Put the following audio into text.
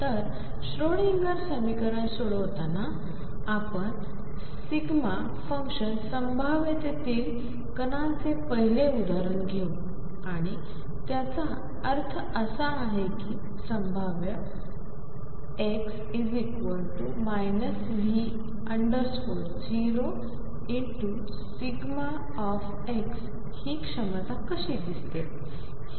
तर श्रोडिंगर समीकरण सोडवताना आपण δ फंक्शन संभाव्यतेतील कणांचे पहिले उदाहरण घेऊ आणि त्याचा अर्थ असा आहे की संभाव्य V 0 δ ही क्षमता कशी दिसते